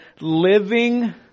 living